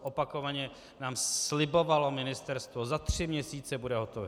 Opakovaně nám slibovalo ministerstvo za tři měsíce bude hotový.